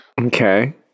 Okay